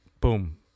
Boom